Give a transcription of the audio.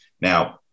Now